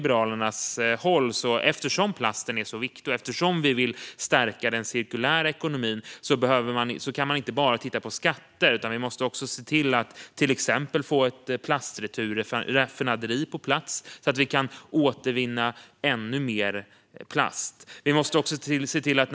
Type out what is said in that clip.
Eftersom plasten är så viktig och vi också vill stärka den cirkulära ekonomin kan man inte bara titta på skatter, utan vi måste också se till att få ett plastreturraffinaderi på plats så att vi kan återvinna ännu mer plast. Det har vi från Liberalernas håll varit positiva till.